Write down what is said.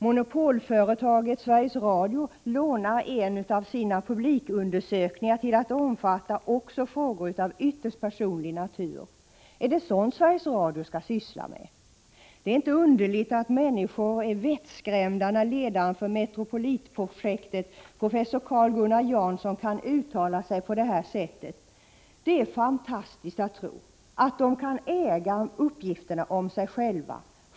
Monopolföretaget Sveriges Radio lånar en av sina publikundersökningar till att omfatta också frågor av ytterst personlig natur. Är det sådant som Sveriges Radio skall syssla med? Det är inte underligt att människor är vettskrämda, när ledaren för Metropolitprojektet professor Carl-Gunnar Janson kan uttala sig på det här sättet: Det är fantastiskt att tro att de kan äga uppgifterna om sig själva.